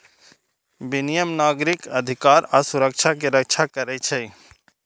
विनियम नागरिक अधिकार आ सुरक्षा के रक्षा करै छै